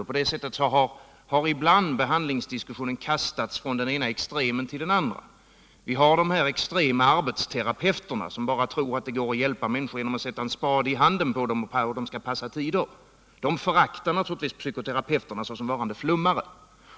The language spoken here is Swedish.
Och därigenom har behandlingsdiskussionen ibland kastats från den ena extremen till den andra. Vi har de extrema arbetsterapeuterna, som tror att det går att hjälpa människor bara genom att sätta en spade i handen på dem och få dem att passa tider. De föraktar naturligtvis psykoterapeuterna såsom varande ”flummare”.